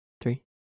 three